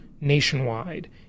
nationwide